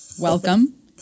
Welcome